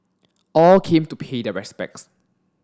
all came to pay their respects